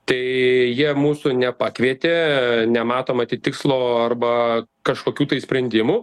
tai jie mūsų nepakvietė nemato matyt tikslo arba kažkokių sprendimų